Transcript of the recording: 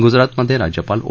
गुजरातमधे राज्यपाल ओ